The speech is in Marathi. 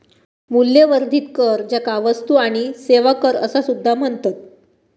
मूल्यवर्धित कर, ज्याका वस्तू आणि सेवा कर असा सुद्धा म्हणतत